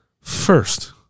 first